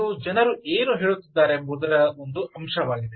ಇದು ಜನರು ಏನು ಹೇಳುತ್ತಿದ್ದಾರೆಂಬುದರ ಒಂದು ಅಂಶವಾಗಿದೆ